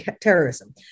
terrorism